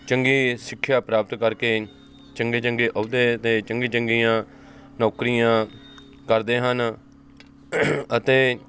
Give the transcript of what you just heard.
ਚੰਗੀ ਸਿੱਖਿਆ ਪ੍ਰਾਪਤ ਕਰਕੇ ਚੰਗੇ ਚੰਗੇ ਅਹੁਦਿਆਂ 'ਤੇ ਚੰਗੀ ਚੰਗੀਆਂ ਨੌਕਰੀਆਂ ਕਰਦੇ ਹਨ ਅਤੇ